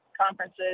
conferences